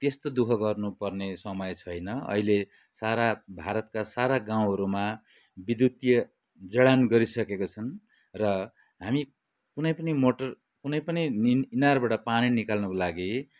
त्यस्तो दुःख गर्नु पर्ने समय छैन अहिले सारा भारतका सारा गाउँहरूमा विद्युतीय जडान गरिसकेको छन् र हामी कुनै पनि मोटर कुनै पनि मिन इनारबाट पानी निकाल्नुका लागि